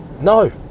No